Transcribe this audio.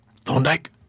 Thorndyke